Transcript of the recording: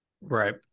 Right